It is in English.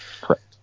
Correct